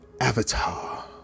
avatar